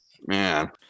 man